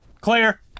Clear